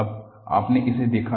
अब आपने इसे देखा